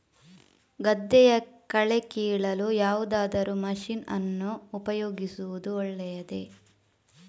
ಗದ್ದೆಯ ಕಳೆ ಕೀಳಲು ಯಾವುದಾದರೂ ಮಷೀನ್ ಅನ್ನು ಉಪಯೋಗಿಸುವುದು ಒಳ್ಳೆಯದೇ?